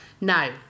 Now